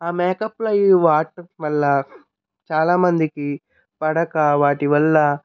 ఆ మేకప్లు అవి వాడటం వల్ల చాలామందికి పడక వాటి వల్ల